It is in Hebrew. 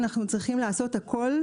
אנחנו צריכים לעשות הכל,